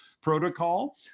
protocol